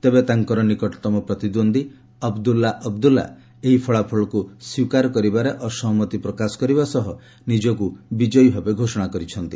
ତେବେ ତାଙ୍କର ନିକଟତମ ପ୍ରତିଦ୍ୱନ୍ଦ୍ୱୀ ଅବ୍ଦୁଲା ଅବଦୁଲା ଏହି ଫଳାଫଳକୁ ସ୍ୱୀକାର କରିବାରେ ଅସହମତି ପ୍ରକାଶ କରିବା ସହ ନିଜକୁ ବିଜୟୀ ଭାବେ ଘୋଷଣା କରିଛନ୍ତି